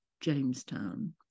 jamestown